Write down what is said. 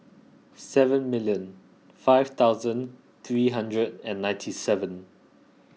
seven million five thousand three hundred and ninety seven